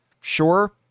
Sure